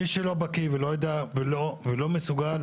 מי שלא בקיא, לא יודע ולא מסוגל.